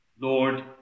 Lord